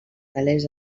telers